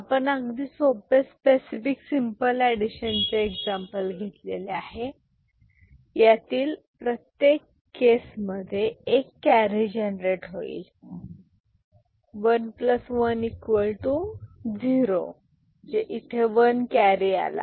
आपण अगदी सोपे स्पेसिफिक सिम्पल एडिशन चे एक्झाम्पल घेतलेले आहे यातील प्रत्येक केस मध्ये एक केरी जनरेट होईल 110 1 कॅरी आला